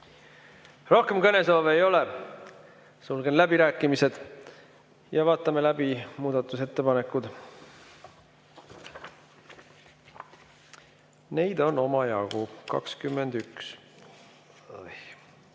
Rohkem kõnesoove ei ole. Sulgen läbirääkimised. Vaatame läbi muudatusettepanekud. Neid on omajagu: 21.